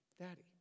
Daddy